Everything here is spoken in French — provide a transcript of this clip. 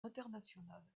internationale